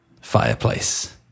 Fireplace